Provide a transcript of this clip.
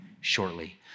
shortly